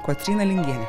kotryna lingienė